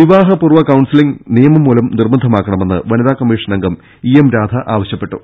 വിവാഹ പൂർവ്വ കൌൺസലിംഗ് നിയമം മൂലം നിർബന്ധമാക്ക ണമെന്ന് വനിത കമ്മീഷൻ അംഗം ഇ എം രാധ ആവശ്യപ്പെട്ടു